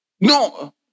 No